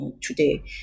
today